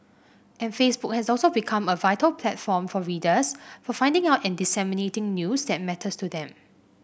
and Facebook has also become a vital platform for readers for finding out and disseminating news that matters to them